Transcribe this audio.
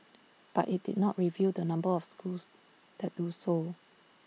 but IT did not reveal the number of schools that do so